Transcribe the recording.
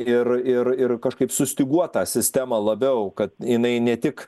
ir ir ir kažkaip sustyguot tą sistemą labiau kad jinai ne tik